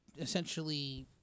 essentially